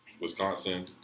Wisconsin